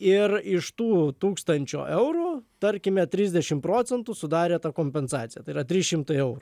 ir iš tų tūkstančio eurų tarkime trisdešim procentų sudarė ta kompensacija tai yra trys šimtai eurų